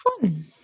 Fun